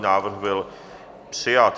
Návrh byl přijat.